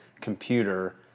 computer